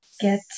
Get